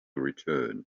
return